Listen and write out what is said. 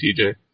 DJ